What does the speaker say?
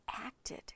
acted